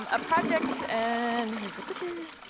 um a project, and here's the clicker,